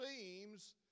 seems